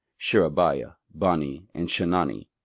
sherebiah, bani, and chenani,